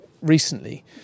recently